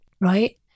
Right